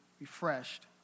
refreshed